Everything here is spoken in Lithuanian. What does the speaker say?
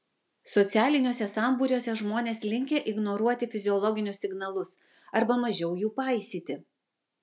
socialiniuose sambūriuose žmonės linkę ignoruoti fiziologinius signalus arba mažiau jų paisyti